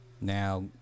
Now